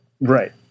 Right